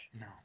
No